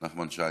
נחמן שי,